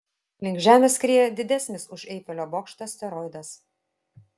link žemės skrieja didesnis už eifelio bokštą asteroidas